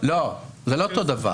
לא, זה לא אותו דבר.